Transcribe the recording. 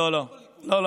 לא, לא.